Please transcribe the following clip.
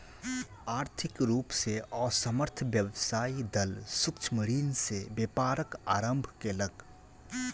आर्थिक रूप से असमर्थ व्यवसायी दल सूक्ष्म ऋण से व्यापारक आरम्भ केलक